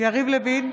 יריב לוין,